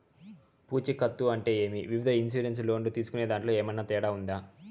పూచికత్తు అంటే ఏమి? వివిధ ఇన్సూరెన్సు లోను తీసుకునేదాంట్లో ఏమన్నా తేడా ఉందా?